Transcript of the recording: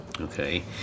okay